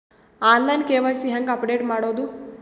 On line KYC ಹೇಂಗ update ಮಾಡೋದು?